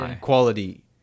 quality